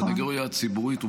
הסנגורית הציבורית הראשית,